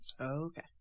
Okay